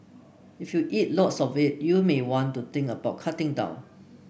if you eat lots of it you may want to think about cutting down